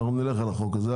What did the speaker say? אנחנו נלך על החוק הזה.